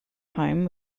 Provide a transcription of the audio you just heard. home